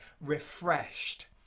refreshed